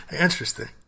Interesting